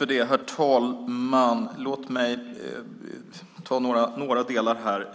Herr talman! Jag ska kommentera några delar här.